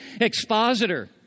expositor